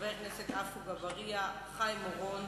חברי הכנסת עפו אגבאריה, חיים אורון